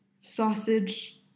sausage